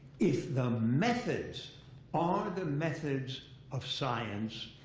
if the methods are the methods of science,